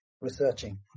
researching